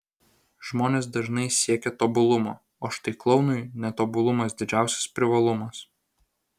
žmonės dažnai siekia tobulumo o štai klounui netobulumas didžiausias privalumas